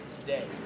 today